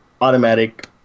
automatic